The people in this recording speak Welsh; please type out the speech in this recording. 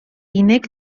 unig